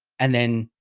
and then,